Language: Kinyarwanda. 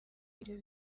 ibyo